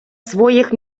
своїх